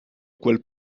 quel